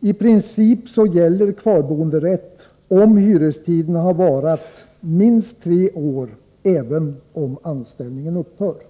I princip gäller kvarboenderätt om hyrestiden har varit minst tre år, även om anställningen upphört.